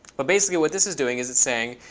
but basically what this is doing is it's saying